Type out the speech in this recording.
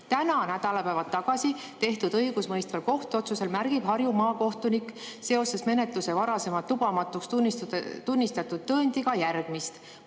Nädalapäevad tagasi tehtud õigustmõistvas kohtuotsuses märgib Harju maakohtunik seoses menetluses varasemalt lubamatuks tunnistatud tõendiga järgmist.